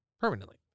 permanently